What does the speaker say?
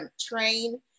train